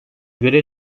görev